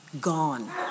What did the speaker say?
gone